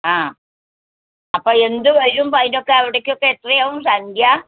ആ അപ്പം എന്ത് വരും അതിനൊക്കെ അവിടേക്കൊക്കെ എത്രയാവും സംഖ്യ